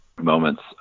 moments